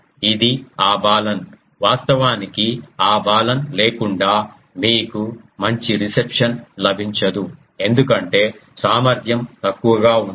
ఇది ఆ బాలన్ వాస్తవానికి ఆ బాలన్ లేకుండా మీకు మంచి రిసెప్షన్ లభించదు ఎందుకంటే సామర్థ్యం తక్కువగా ఉంది